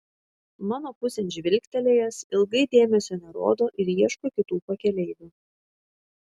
mano pusėn žvilgtelėjęs ilgai dėmesio nerodo ir ieško kitų pakeleivių